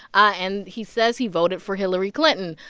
and he says he voted for hillary clinton.